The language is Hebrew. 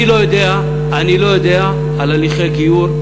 אני לא יודע על הליכי גיור.